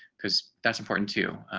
because that's important too.